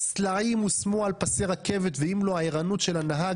סלעים הושמו על מסילת רכבת ואם לא הערנות של הנהג,